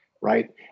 right